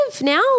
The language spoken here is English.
now